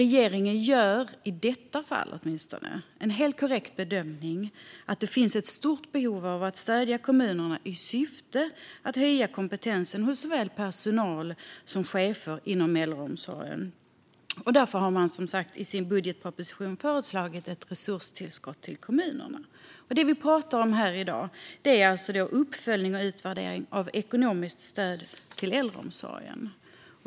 Regeringen gör åtminstone i detta fall en helt korrekt bedömning att det finns ett stort behov av att stödja kommunerna i syfte att höja kompetensen hos såväl personal som chefer inom äldreomsorgen. Därför har man i sin budgetproposition föreslagit resurstillskott till kommunerna. Det vi pratar om här i dag är alltså uppföljning och utvärdering av ekonomiskt stöd till äldreomsorgen.